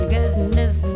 Goodness